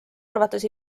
arvates